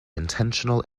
intentional